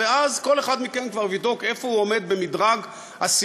ואז כל אחד מכם כבר יבדוק איפה הוא עומד במדרג הסיעוד